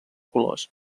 colors